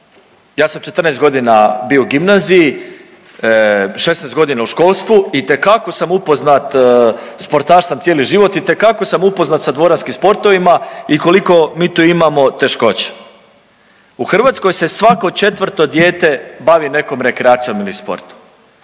Ja sam 14 godina bio u gimnaziji, 16 godina u školstvu itekako sam upoznat, sportaš sam cijeli život, itekako sam upoznat sa dvoranskim sportovima i koliko mi tu imamo teškoća. U Hrvatskoj se svako četvrto dijete bavi nekom rekreacijom ili sportom,